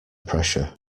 pressure